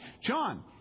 John